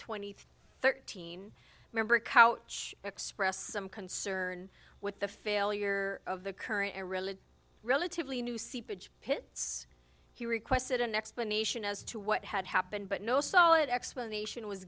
three thirteen member couch expressed some concern with the failure of the current relatively new seepage pits he requested an explanation as to what had happened but no solid explanation was